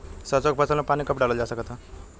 सरसों के फसल में पानी कब डालल जा सकत बा?